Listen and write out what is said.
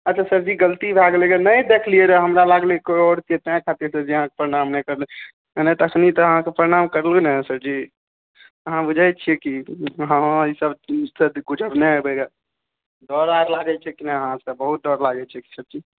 अच्छा सर जी गलती भै गेलय गै नै देखलिय र हमरा लागलै नहि कोइ आओर छियै तैं खातिर अहाँके प्रणाम नहि करलहुँ नहि तऽ अखनी तऽ अहाँके प्रणाम करलहुँ ने सर जी अहाँ बुझै छियै की हँ ई सब चीजसँ गुजरनै हेबैए डर अर लागै छै की अहाँसँ बहुत डर लागै छै की सर जी